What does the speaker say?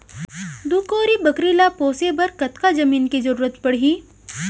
दू कोरी बकरी ला पोसे बर कतका जमीन के जरूरत पढही?